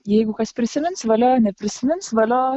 jeigu kas prisimins valio neprisimins valio